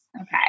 Okay